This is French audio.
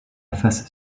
face